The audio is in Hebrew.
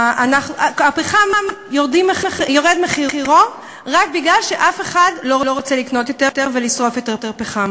מחירו של הפחם יורד רק כי אף אחד לא רוצה יותר לקנות ולשרוף פחם.